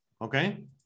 okay